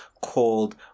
called